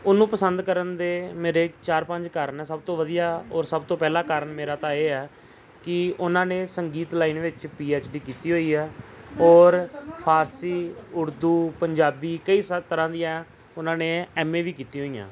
ਉਹਨੂੰ ਪਸੰਦ ਕਰਨ ਦੇ ਮੇਰੇ ਚਾਰ ਪੰਜ ਕਾਰਨ ਨੇ ਸਭ ਤੋਂ ਵਧੀਆ ਔਰ ਸਭ ਤੋਂ ਪਹਿਲਾ ਕਾਰਨ ਮੇਰਾ ਤਾਂ ਇਹ ਹੈ ਕਿ ਉਹਨਾਂ ਨੇ ਸੰਗੀਤ ਲਾਈਨ ਵਿੱਚ ਪੀ ਐਚ ਡੀ ਕੀਤੀ ਹੋਈ ਹੈ ਔਰ ਫਾਰਸੀ ਉਰਦੂ ਪੰਜਾਬੀ ਕਈ ਸਾ ਤਰ੍ਹਾਂ ਦੀਆਂ ਉਹਨਾਂ ਨੇ ਐਮ ਏ ਵੀ ਕੀਤੀਆਂ ਹੋਈਆਂ